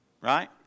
right